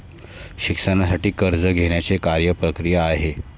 शिक्षणासाठी कर्ज घेण्याची काय प्रक्रिया आहे?